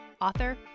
author